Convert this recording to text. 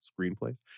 screenplays